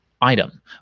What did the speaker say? item